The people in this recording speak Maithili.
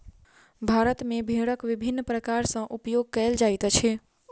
भारत मे भेड़क विभिन्न प्रकार सॅ उपयोग कयल जाइत अछि